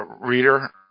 reader